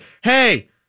hey